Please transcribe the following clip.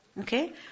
Okay